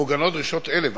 מעוגנות דרישות אלה,